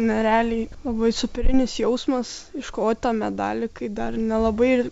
nerealiai labai superinis jausmas iškovot tą medalį kai dar nelabai